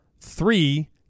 Three